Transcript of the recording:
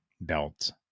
belt